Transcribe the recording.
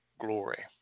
glory